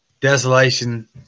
desolation